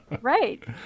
Right